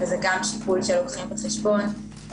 זה גם שיקול שלוקחים בחשבון.